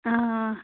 آ